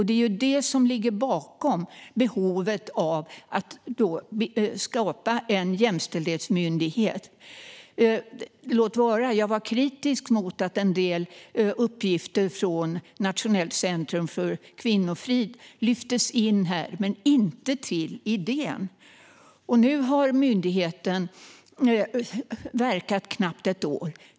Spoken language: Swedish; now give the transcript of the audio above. Det är detta som ligger bakom behovet av att skapa en jämställdhetsmyndighet. Låt vara att jag var kritisk mot att en del uppgifter från Nationellt centrum för kvinnofrid lyftes in där, men jag var inte kritisk till idén. Myndigheten har nu verkat i knappt ett år.